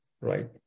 Right